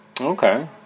Okay